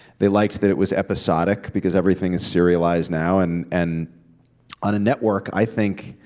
they liked that it was episodic, because everything is serialized now. and and on a network, i think,